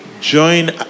Join